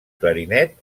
clarinet